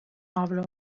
avro